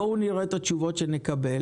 בואו נראה אילו תשובות נקבל.